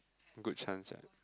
good chance right